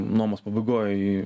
nuomos pabaigoj